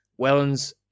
Wellens